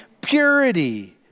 purity